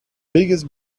biggest